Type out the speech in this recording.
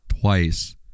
twice